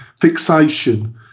fixation